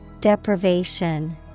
Deprivation